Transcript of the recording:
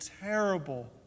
terrible